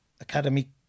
academy